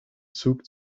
zoekt